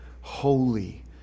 holy